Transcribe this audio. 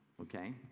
okay